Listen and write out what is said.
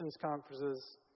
conferences